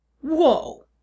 Whoa